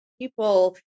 People